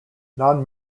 non